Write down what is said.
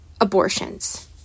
abortions